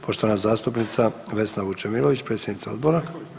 Poštovana zastupnica Vesna Vučemilović, predsjednica Odbora.